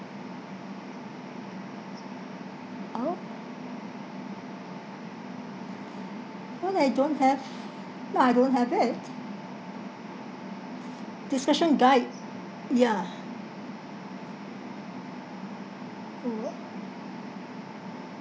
oh no I don't have no I don't have it discussion guide ya